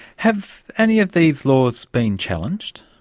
have any of these laws been challenged?